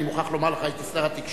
אני מאוד מקווה שהם יסתדרו אתה,